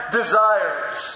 desires